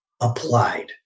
applied